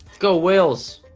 go whales